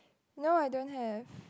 no I don't have